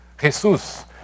Jesus